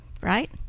right